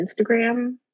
Instagram